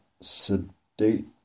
sedate